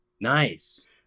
Nice